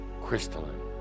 crystalline